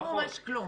לא מומש כלום.